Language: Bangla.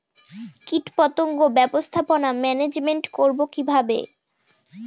কীটপতঙ্গ ব্যবস্থাপনা ম্যানেজমেন্ট করব কিভাবে?